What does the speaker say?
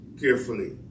carefully